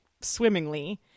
swimmingly